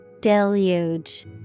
Deluge